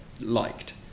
liked